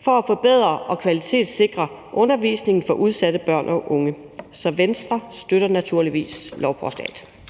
for at forbedre og kvalitetssikre undervisningen for udsatte børn og unge. Så Venstre støtter naturligvis lovforslaget.